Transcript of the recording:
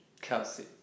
Kelsey